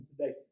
today